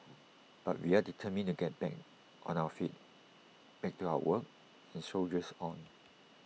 but we are determined to get back on our feet back to our work and soldiers on